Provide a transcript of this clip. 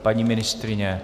Paní ministryně?